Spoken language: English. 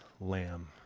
lamb